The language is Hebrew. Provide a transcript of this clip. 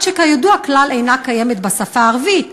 אות שכידוע כלל אינה קיימת בשפה הערבית?